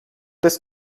des